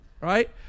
right